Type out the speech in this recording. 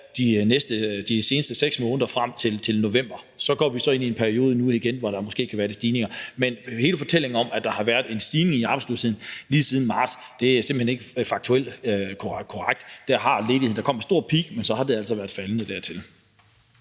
et generelt fald frem til november. Så går vi så ind i en periode nu igen, hvor der måske kan være lidt stigninger, men hele fortællingen om, at der har været en stigning i arbejdsløsheden lige siden marts, er simpelt hen ikke faktuelt korrekt. Der kom et stort peak i ledigheden, men så har det altså været faldende derefter.